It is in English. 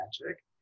magic